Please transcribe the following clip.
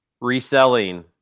reselling